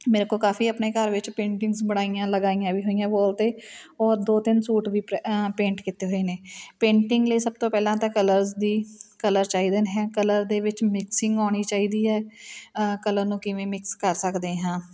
ਮੇਰੇ ਕੋਲ ਕਾਫੀ ਆਪਣੇ ਘਰ ਵਿੱਚ ਪੇਂਟਿੰਗਜ਼ ਬਣਾਈਆਂ ਲਗਾਈਆਂ ਵੀ ਹੋਈਆਂ ਵੋਲ 'ਤੇ ਔਰ ਦੋ ਤਿੰਨ ਸੂਟ ਵੀ ਪੇ ਪੇਂਟ ਕੀਤੇ ਹੋਏ ਨੇ ਪੇਂਟਿੰਗ ਲਈ ਸਭ ਤੋਂ ਪਹਿਲਾਂ ਤਾਂ ਕਲਰਜ਼ ਦੀ ਕਲਰ ਚਾਹੀਦੇ ਨੇ ਕਲਰ ਦੇ ਵਿੱਚ ਮਿਕਸਿੰਗ ਆਉਣੀ ਚਾਹੀਦੀ ਹੈ ਕਲਰ ਨੂੰ ਕਿਵੇਂ ਮਿਕਸ ਕਰ ਸਕਦੇ ਹਾਂ